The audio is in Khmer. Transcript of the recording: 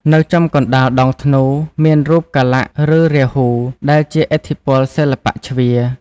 នៅចំកណ្តាលដងធ្នូ មានរូបកាលៈ ឬរាហូ ដែលជាឥទ្ធិពលសិល្បៈជ្វា។